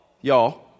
y'all